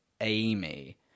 Amy